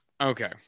okay